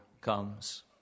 comes